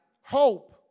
Hope